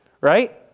right